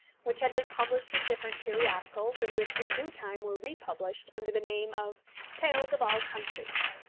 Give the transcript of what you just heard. which had been published in different periodicals, and which in due time were republished under the name of tales of all countries.